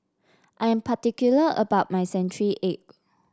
I am particular about my Century Egg